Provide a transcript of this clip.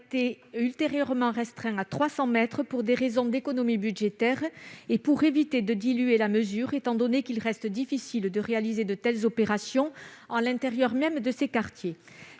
a été ultérieurement restreint à 300 mètres pour permettre des économies budgétaires et pour éviter de diluer les effets de la mesure, étant donné qu'il reste difficile de réaliser de telles opérations à l'intérieur même de ces quartiers.